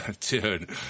dude